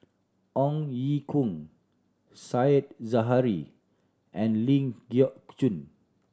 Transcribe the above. Ong Ye Kung Said Zahari and Ling Geok Choon